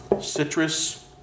Citrus